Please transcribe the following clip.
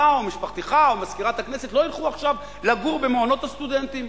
אתה או משפחתך או מזכירת הכנסת לא ילכו עכשיו לגור במעונות הסטודנטים.